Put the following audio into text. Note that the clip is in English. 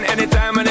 Anytime